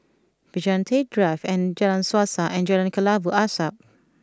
Vigilante Drive and Jalan Suasa and Jalan Kelabu Asap